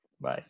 Bye